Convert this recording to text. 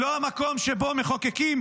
היא לא המקום שבו המחוקקים,